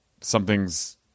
something's